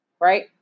right